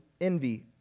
envy